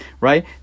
right